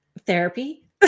therapy